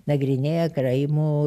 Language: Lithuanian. nagrinėja karaimų